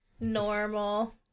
Normal